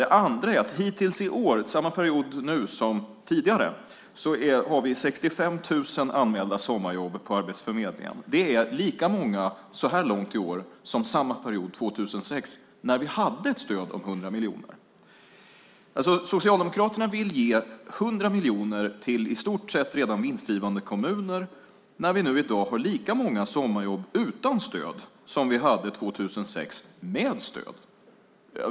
Det andra är att hittills i år, samma period nu som tidigare, har vi 65 000 anmälda sommarjobb på Arbetsförmedlingen. Det är lika många så här långt i år som samma period 2006 när vi hade ett stöd på 100 miljoner. Socialdemokraterna vill ge 100 miljoner till i stort sett redan vinstdrivande kommuner, när vi i dag har lika många sommarjobb utan stöd som vi hade 2006 med stöd.